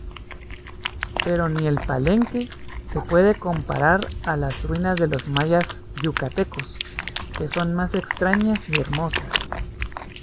pero ni el palenque se puede comparar a las ruinas de los mayas yucatecos que son mas extrañas y hermosas